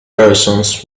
persons